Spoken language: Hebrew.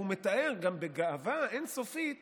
והוא מתאר גם בגאווה אין-סופית